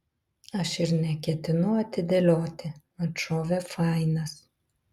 aš ir neketinu atidėlioti atšovė fainas